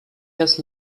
has